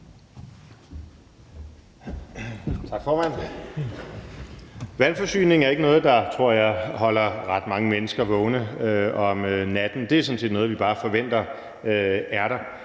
Vandforsyningen er ikke noget, tror jeg, der holder ret mange mennesker vågne om natten. Det er sådan set noget, vi bare forventer er der.